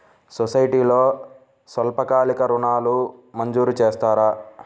సొసైటీలో స్వల్పకాలిక ఋణాలు మంజూరు చేస్తారా?